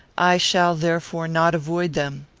i shall, therefore, not avoid them.